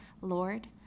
Lord